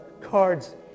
cards